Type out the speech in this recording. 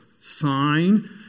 sign